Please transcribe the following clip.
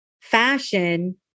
fashion